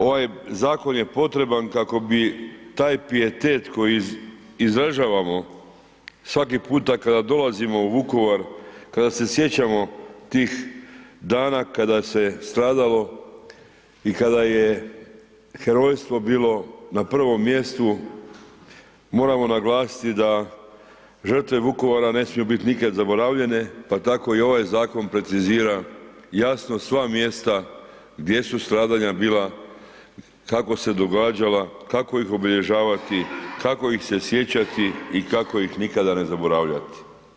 Ovaj zakon je potreban kako bi taj pijetet koji izražavamo svaki puta kada dolazimo u Vukovar, kada se sjećamo tih dana kada se stradalo i kada je herojstvo bilo na prvom mjestu, moramo naglasiti da žrtve Vukovara ne smiju biti nikad zaboravljene, pa tako i ovaj zakon precizira jasno sva mjesta gdje su stradanja bila, kako se događala, kako ih obilježavati, kako ih se sjećati i kako ih nikada ne zaboravljati.